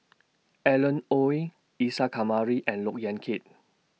Alan Oei Isa Kamari and Look Yan Kit